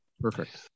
perfect